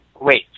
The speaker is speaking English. wait